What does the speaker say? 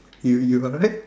you you alright